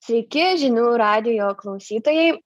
sveiki žinių radijo klausytojai